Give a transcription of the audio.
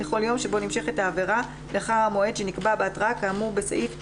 לכל יום שבו נמשכת העבירה לאחר המועד שנקבע בהתראה כאמור סעיף 8(ב1)